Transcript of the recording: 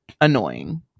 annoying